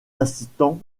assistants